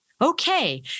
Okay